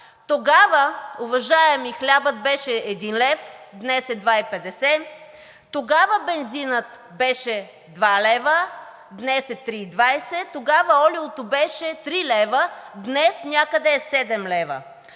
Тогава, уважаеми, хлябът беше 1 лв., днес е 2,50 лв. Тогава бензинът беше 2 лв., днес е 3,20 лв. Тогава олиото беше 3 лв., днес е някъде 7 лв.